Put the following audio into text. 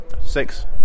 Six